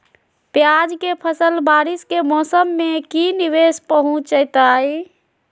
प्याज के फसल बारिस के मौसम में की निवेस पहुचैताई?